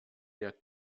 der